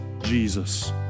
Jesus